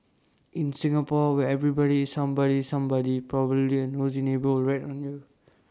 in Singapore where everybody somebody's somebody probably A nosy neighbour will rat on you